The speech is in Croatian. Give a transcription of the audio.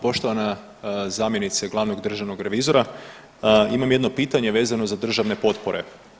Poštovana zamjenice glavnog državnog revizora, imam jedno pitanje vezano za državne potpore.